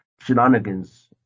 shenanigans